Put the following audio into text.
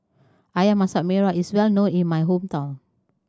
Ayam Masak Merah is well known in my hometown